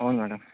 అవును మ్యాడమ్